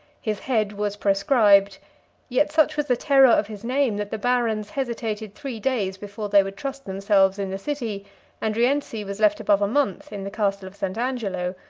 his head was proscribed yet such was the terror of his name, that the barons hesitated three days before they would trust themselves in the city and rienzi was left above a month in the castle of st. angelo,